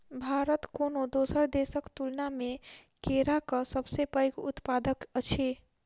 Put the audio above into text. भारत कोनो दोसर देसक तुलना मे केराक सबसे पैघ उत्पादक अछि